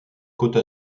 côte